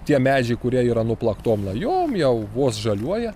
tie medžiai kurie yra nuplaktom lajom jau vos žaliuoja